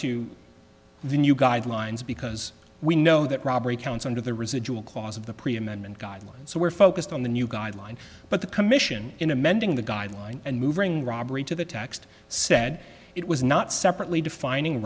new guidelines because we know that robbery counts under the residual clause of the pre amendment guidelines so we're focused on the new guideline but the commission in amending the guideline and moving robbery to the text said it was not separately defining